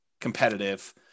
competitive